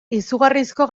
izugarrizko